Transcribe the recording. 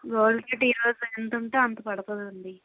gold rate ఈ రోజు ఎంతుంటే అంత పడతాదండి